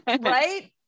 Right